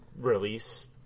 release